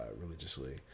religiously